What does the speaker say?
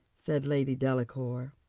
said lady delacour.